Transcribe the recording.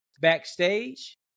backstage